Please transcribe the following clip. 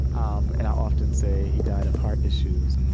um and i often say he died of heart issues, and